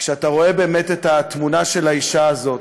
כשאתה רואה את התמונה של האישה הזאת,